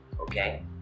Okay